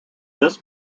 this